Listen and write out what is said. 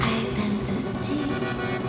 identities